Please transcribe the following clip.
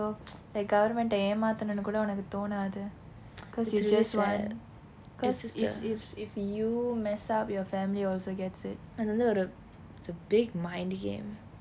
like government eh ஏமாத்தணும் கூட உனக்கு தோணாது:aemaathanum kuda unakku thonaathu cause you just want cause it's the if you mess up your family will also get sick அது வந்து ஒரு:athu vanthu oru it's a big mind game